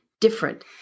different